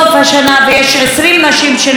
ויש 20 נשים שנרצחו.